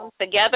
together